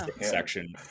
section